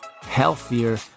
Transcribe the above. healthier